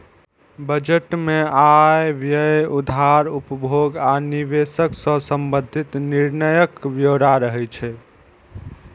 budget मे आय, व्यय, उधार, उपभोग आ निवेश सं संबंधित निर्णयक ब्यौरा रहै छै